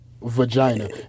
vagina